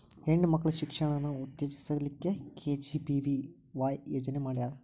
ಹೆಣ್ ಮಕ್ಳ ಶಿಕ್ಷಣಾನ ಉತ್ತೆಜಸ್ ಲಿಕ್ಕೆ ಕೆ.ಜಿ.ಬಿ.ವಿ.ವಾಯ್ ಯೋಜನೆ ಮಾಡ್ಯಾರ್